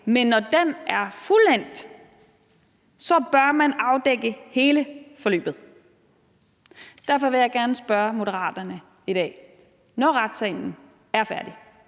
at når den er fuldendt, bør man afdække hele forløbet. Derfor vil jeg gerne spørge Moderaterne i dag: Når retssagen er færdig,